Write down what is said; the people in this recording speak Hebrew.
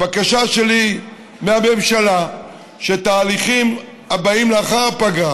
הבקשה שלי מהממשלה היא שהתהליכים הבאים לאחר הפגרה